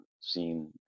seen